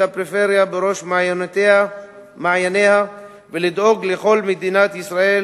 הפריפריה בראש מעייניה ולדאוג לכל מדינת ישראל